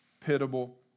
pitiable